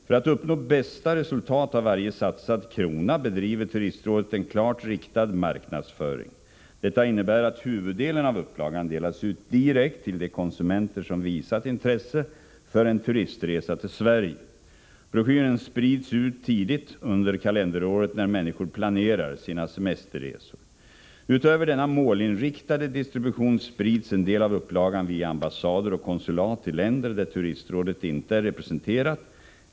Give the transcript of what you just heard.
För att uppnå bästa resultat av varje satsad krona bedriver turistrådet en klart riktad marknadsföring. Detta innebär att huvuddelen av upplagan delas ut direkt till de konsumenter som visat intresse för en turistresa till Sverige. Broschyren sprids ut tidigt under kalenderåret när människor planerar sina semesterresor. Utöver denna målinriktade distribution sprids en del av upplagan via ambassader och konsulat i länder där turistrådet inte är representerat.